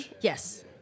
Yes